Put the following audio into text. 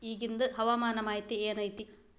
ಇಗಿಂದ್ ಹವಾಮಾನ ಮಾಹಿತಿ ಏನು ಐತಿ?